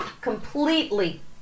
completely